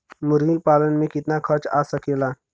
मुर्गी पालन में कितना खर्च आ सकेला?